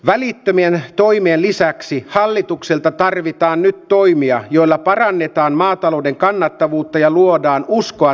välittömiä toimia lisäksi hallitukselta tarvitaan nyt toimia joilla parannetaan maatalouden kannattavuutta ja luoda puhemies